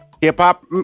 hip-hop